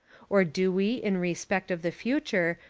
or do we, in respect of the future,